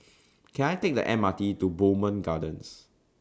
Can I Take The M R T to Bowmont Gardens